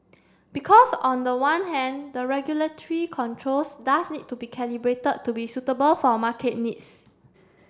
because on the one hand the regulatory controls does need to be calibrated to be suitable for market needs